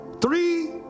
Three